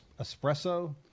espresso